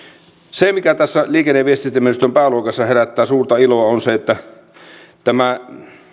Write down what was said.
se mikä tässä liikenne ja viestintäministeriön pääluokassa herättää suurta iloa on se että tämä